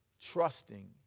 trusting